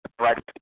Right